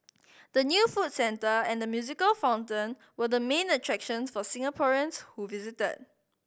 the new food centre and the musical fountain were the main attractions for Singaporeans who visited